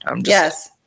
Yes